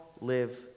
live